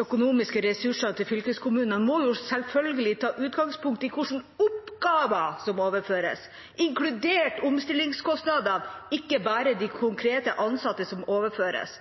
økonomiske ressursene til fylkeskommunene må jo selvfølgelig ta utgangspunkt i hvilke oppgaver som overføres, inkludert omstillingskostnadene – ikke bare konkret de ansatte som overføres.